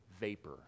vapor